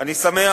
אני שמח,